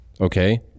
okay